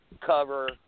cover